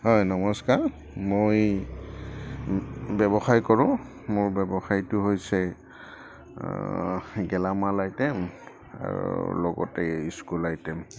হয় নমস্কাৰ মই ব্যৱসায় কৰোঁ মোৰ ব্যৱসায়টো হৈছে গেলামাল আইটেম আৰু লগতে স্কুল আইটেম